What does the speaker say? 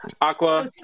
Aqua